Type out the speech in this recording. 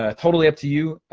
ah totally up to you,